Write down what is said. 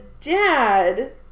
dad